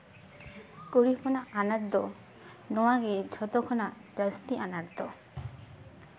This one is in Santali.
ᱠᱩᱲᱤ ᱦᱚᱯᱚᱱᱟᱜ ᱟᱱᱟᱴ ᱫᱚ ᱱᱚᱣᱟᱜᱮ ᱡᱷᱚᱛᱚ ᱠᱷᱚᱱᱟᱜ ᱡᱟᱹᱥᱛᱤ ᱟᱱᱟᱴ ᱫᱚ